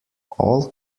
all